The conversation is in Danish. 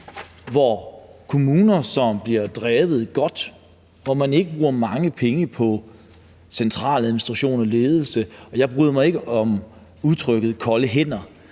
hvor kommuner, som bliver drevet godt, og hvor man ikke bruger mange penge på centraladministration og ledelse, ikke bliver straffet – kommuner,